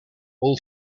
all